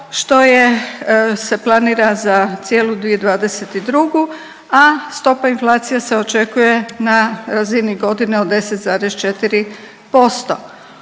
je, se planira za cijelu 2022., a stopa inflacije se očekuje na razini godine od 10,4%.